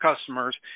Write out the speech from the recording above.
customers